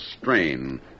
strain